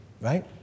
right